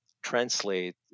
translate